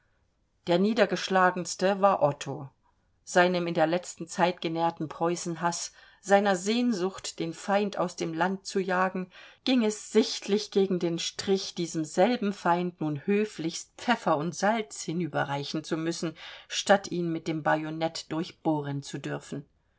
der niedergeschlagenste war otto seinem in der letzten zeit genährten preußenhaß seiner sehnsucht den feind aus dem land zu jagen ging es sichtlich gegen den strich diesem selben feind nun höflichst pfeffer und salz hinüberreichen zu müssen statt ihn mit dem bajonett durchbohren zu dürfen